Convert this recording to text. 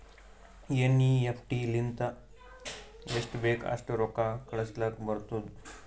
NEFT ಲಿಂತ ಎಸ್ಟ್ ಬೇಕ್ ಅಸ್ಟ್ ರೊಕ್ಕಾ ಕಳುಸ್ಲಾಕ್ ಬರ್ತುದ್